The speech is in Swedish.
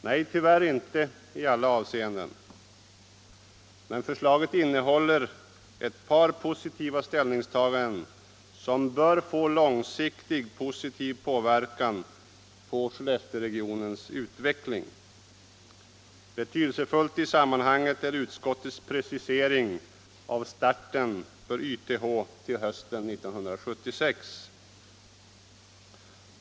Nej, tyvärr inte i alla avseenden. Men förslaget innehåller ett par ställningstaganden som långsiktigt bör kunna påverka Skellefteåregionens utveckling i positiv riktning. Betydelsefullt i det sammanhanget är utskottets precisering av starten för YTH till hösten 1976.